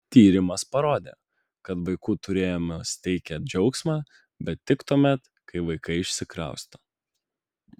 tyrimas parodė kad vaikų turėjimas teikią džiaugsmą bet tik tuomet kai vaikai išsikrausto